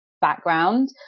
background